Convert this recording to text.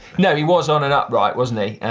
no, he was on an upright, wasn't he?